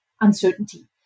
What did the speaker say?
uncertainty